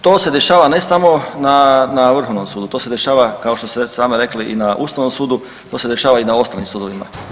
To se dešava ne samo na Vrhovnom sudu, to se dešava kao što ste sami rekli i na Ustavnom sudu, to se dešava i na ostalim sudovima.